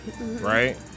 Right